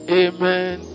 amen